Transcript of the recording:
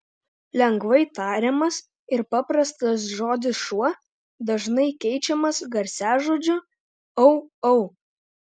lengvai tariamas ir paprastas žodis šuo dažnai keičiamas garsažodžiu au au